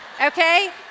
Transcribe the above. okay